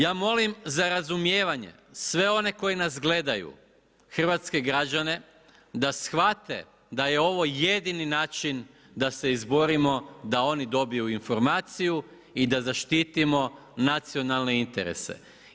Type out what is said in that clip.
Ja molim za razumijevanje sve one koji nas gledaju hrvatske građane da shvate da je ovo jedini način da se izborimo da oni dobiju informaciju i da zaštitimo nacionalne interese.